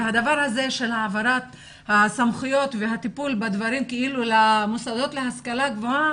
הדבר הזה של העברת הסמכויות והטיפול בדברים כאילו למוסדות להשכלה גבוהה,